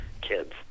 kids